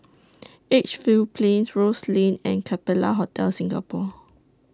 Edgefield Plains Rose Lane and Capella Hotel Singapore